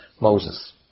Moses